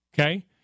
okay